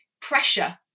pressure